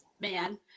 man